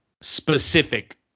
specific